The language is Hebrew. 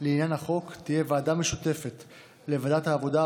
לעניין החוק תהיה ועדה משותפת לוועדת העבודה,